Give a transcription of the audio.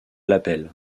l’appel